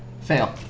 Fail